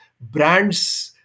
brands